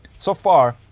so far.